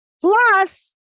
Plus